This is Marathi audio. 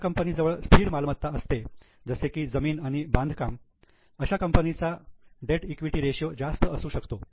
ज्या कंपनी जवळ स्थिर मालमत्ता असते जसे की जमीन आणि बांधकाम अशा कंपनीचा डेट इक्विटी रेषीयो जास्त असू शकतो